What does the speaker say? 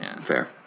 Fair